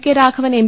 K Raghavan M